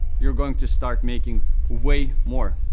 you're going to start making way more.